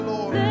Lord